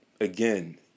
again